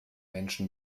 menschen